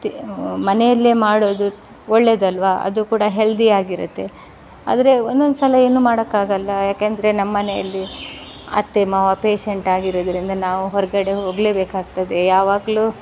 ಮನೆಯಲ್ಲೇ ಮಾಡೋದು ಒಳ್ಳೆಯದಲ್ವಾ ಅದು ಕೂಡ ಹೆಲ್ದಿ ಆಗಿರತ್ತೆ ಆದರೆ ಒಂದೊಂದು ಸಲ ಏನೂ ಮಾಡೋಕ್ಕಾಗಲ್ಲ ಯಾಕೆಂದರೆ ನಮ್ಮ ಮನೆಯಲ್ಲಿ ಅತ್ತೆ ಮಾವ ಪೇಷಂಟ್ ಆಗಿರೋದ್ರಿಂದ ನಾವು ಹೊರಗಡೆ ಹೋಗಲೇಬೇಕಾಗ್ತದೆ ಯಾವಾಗಲೂ